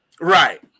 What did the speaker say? right